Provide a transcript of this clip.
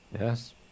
Yes